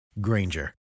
Granger